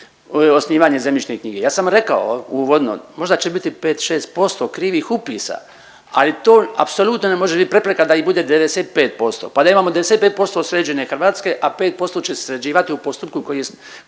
osnivanje zemljišne knjige. Ja sam rekao uvodno možda će biti 5-6% krivih upisa, ali to apsolutno ne može biti prepreka da i bude 95%, pa da imamo 95% sređene Hrvatske, a 5% će se sređivati u postupku koji će